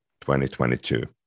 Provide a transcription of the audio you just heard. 2022